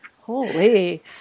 holy